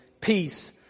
peace